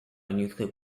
nuclear